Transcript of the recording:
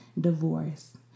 divorce